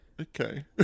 Okay